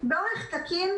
באורך תקין,